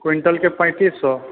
quintal के पैंतीस सए